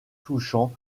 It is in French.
touchant